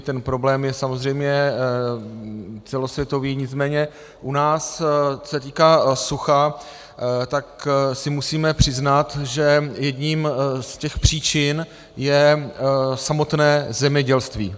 Ten problém je samozřejmě celosvětový, nicméně u nás, co se týká sucha, tak si musíme přiznat, že jednou z těch příčin je samotné zemědělství.